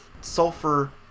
sulfur